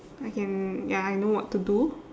I can ya I know what to do